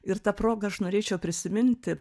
ir ta proga aš norėčiau prisiminti